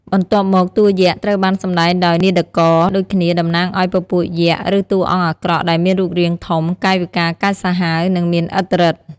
បន្ទាប់មក តួយក្សត្រូវបានសម្ដែងដោយនាដករដូចគ្នា តំណាងឲ្យពពួកយក្ស ឬតួអង្គអាក្រក់ ដែលមានរូបរាងធំ កាយវិការកាចសាហាវ និងមានឥទ្ធិឫទ្ធិ។